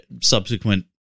subsequent